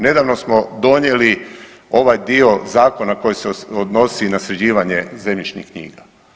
Nedavno smo donijeli ovaj dio zakona koji se odnosi na sređivanje zemljišnih knjiga.